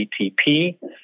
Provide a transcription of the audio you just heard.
ATP